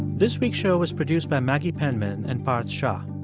this week's show was produced by maggie penman and parth shah.